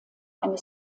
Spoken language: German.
eine